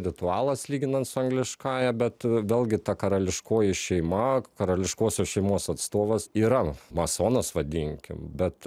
ritualas lyginant su angliškąja bet vėlgi ta karališkoji šeima karališkosios šeimos atstovas yra masonas vadinkim bet